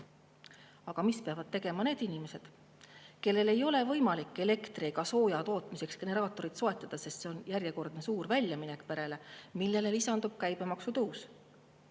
Aga mida peavad tegema need inimesed, kellel ei ole võimalik elektri ja sooja tootmiseks generaatorit soetada, sest see on perele järjekordne suur väljaminek, millele lisandub käibemaksu tõus?